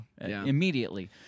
immediately